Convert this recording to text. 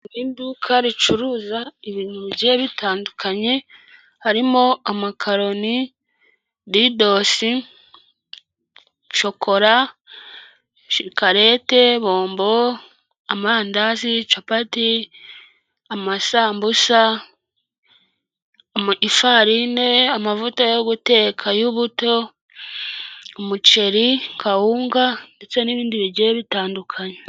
Mu iduka ricuruza ibintu bigiye bitandukanye harimo, amakaroni, didosi, shokora, shikarete, bombo, amandazi, capati, amasambusa, ifarine, amavuta yo guteka y'ubuto, umuceri kawunga ndetse n'ibindi bigiye bitandukanye.